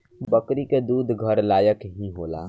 बकरी के दूध घर लायक ही होला